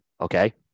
Okay